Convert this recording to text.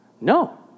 no